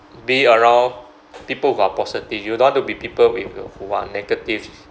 be around people who are positive you don't want to be people with y~ who are negative